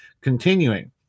Continuing